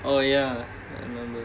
oh ya